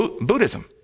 Buddhism